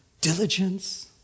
diligence